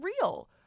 real